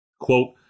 Quote